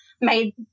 made